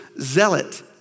zealot